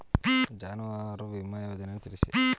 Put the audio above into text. ಜಾನುವಾರು ವಿಮಾ ಯೋಜನೆಯನ್ನು ತಿಳಿಸಿ?